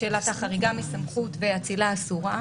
לשאלת החריגה מסמכות ואצילה אסורה.